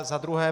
Za druhé.